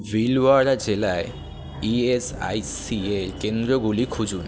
ভিলওয়ারা জেলায় ইএসআইসিয়ের কেন্দ্রগুলি খুঁজুন